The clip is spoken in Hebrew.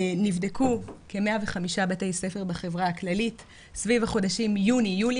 נבדקו כ-105 בתי ספר בחברה הכללית סביב החודשים יוני-יולי